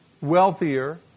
wealthier